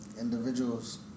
Individuals